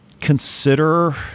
consider